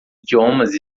idiomas